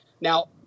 Now